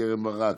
קרן ברק,